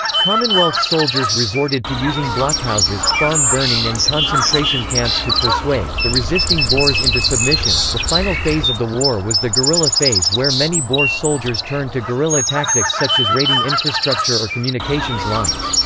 commonwealth soldiers resorted to using blockhouses, farm burning and concentration camps to persuade the resisting boers into submission the final phase of the war was the guerrilla phase where many boer soldiers turned to guerrilla tactics such as raiding infrastructure or communications lines.